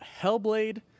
Hellblade